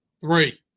three